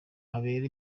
habera